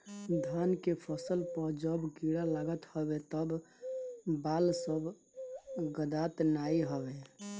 धान के फसल पअ जब कीड़ा लागत हवे तअ बाल सब गदात नाइ हवे